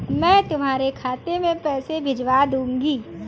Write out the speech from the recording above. मैं तुम्हारे खाते में पैसे भिजवा दूँगी